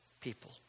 people